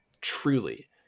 Truly